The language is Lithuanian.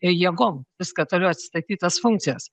jėgom viską toliau atsistatyt tas funkcijas